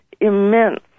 immense